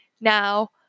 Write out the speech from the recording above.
Now